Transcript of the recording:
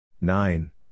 Nine